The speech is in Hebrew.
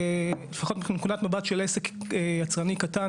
לפחות מבחינת נקודת המבט של עסק יצרני קטן,